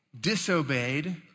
disobeyed